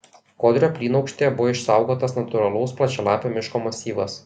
kodrio plynaukštėje buvo išsaugotas natūralaus plačialapio miško masyvas